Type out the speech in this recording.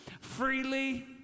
freely